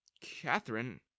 Catherine